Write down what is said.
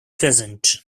present